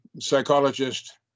psychologist